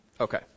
Okay